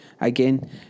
again